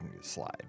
slide